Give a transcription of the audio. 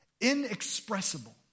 Inexpressible